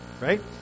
right